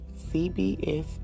CBS